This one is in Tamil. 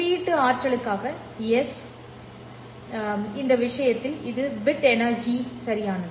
குறியீட்டு ஆற்றலுக்காக எஸ் ஸ்டாண்ட் இந்த விஷயத்தில் இதுவும் பிட் எனர்ஜி சரியானது